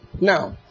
Now